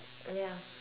ya